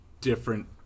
different